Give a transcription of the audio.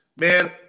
man